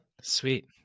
Sweet